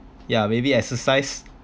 ya maybe exercise